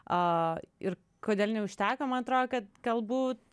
ir kodėl neužteko man atrodo kad galbūt